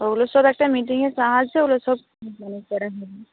ওগুলো সব একটা মিটিংয়ে ওগুলো সব পরে হবে